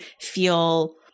feel